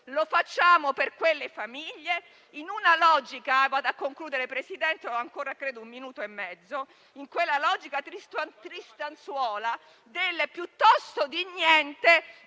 Lo facciamo per quelle famiglie, in quella logica tristanzuola del «piuttosto di niente